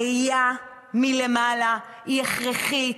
הראייה מלמעלה היא הכרחית,